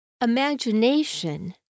Imagination